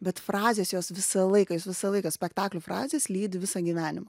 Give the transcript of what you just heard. bet frazės jos visą laiką jos visą laiką spektaklių frazės lydi visą gyvenimą